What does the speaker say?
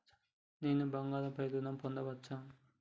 నేను బంగారం పై ఋణం పొందచ్చా?